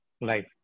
life